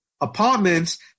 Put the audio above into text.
Apartments